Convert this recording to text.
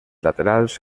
laterals